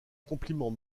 compliment